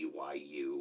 BYU